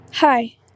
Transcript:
Hi